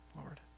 Lord